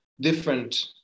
different